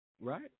right